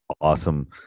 awesome